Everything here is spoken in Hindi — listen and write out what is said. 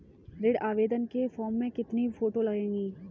ऋण आवेदन के फॉर्म में कितनी फोटो लगेंगी?